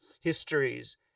histories